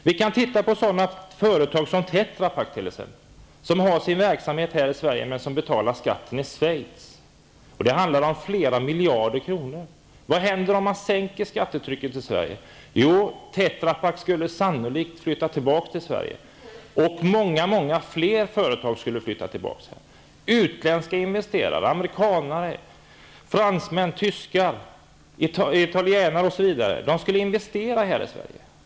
Vi kan också ta företaget Tetrapak som exempel. Företaget har sin verksamhet här i Sverige men betalar skatt i Schweiz. Det handlar om flera miljarder kronor. Vad skulle hända om man sänkte skattetrycket i Sverige? Jo, Tetrapak skulle sannolikt flytta tillbaka till Sverige, liksom många andra företag. Utländska investerare -- amerikanare, fransmän, tyskar, italienare, m.fl. -- skulle investera i Sverige.